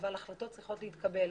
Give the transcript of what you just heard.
אבל החלטות צריכות להתקבל.